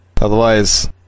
Otherwise